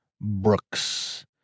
Brooks